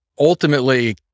ultimately